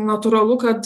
natūralu kad